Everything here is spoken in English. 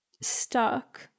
stuck